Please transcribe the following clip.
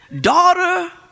daughter